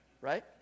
Right